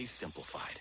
simplified